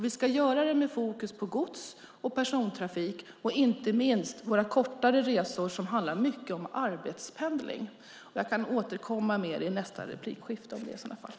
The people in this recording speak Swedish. Vi ska göra det med fokus på gods och persontrafik och inte minst våra kortare resor som handlar mycket om arbetspendling. Jag kan återkomma mer om det i nästa anförande.